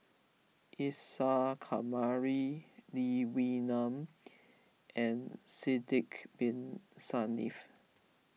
Isa Kamari Lee Wee Nam and Sidek Bin Saniff